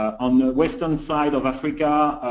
on the western side of africa,